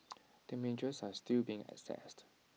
damages are still being assessed